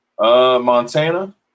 Montana